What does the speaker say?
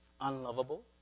unlovable